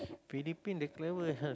Philippine they clever sia